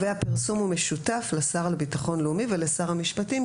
הוא משותף לשר לביטחון לאומי ולשר המשפטים,